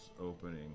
opening